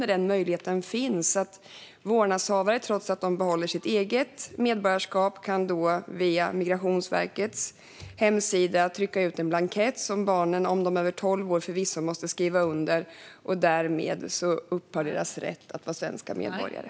Vårdnadshavare kan, även om de själva behåller sitt medborgarskap, via Migrationsverkets hemsida trycka ut en blankett. Om barnen är över tolv år måste de förvisso skriva under den själva. Men därmed upphör deras rätt att vara svenska medborgare.